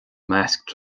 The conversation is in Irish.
measc